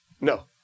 No